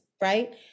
right